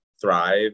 thrive